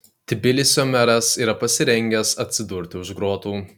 tbilisio meras yra pasirengęs atsidurti už grotų